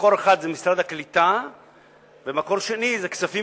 מקור אחד הוא משרד הקליטה ומקור שני זה כספים